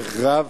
צורך רב,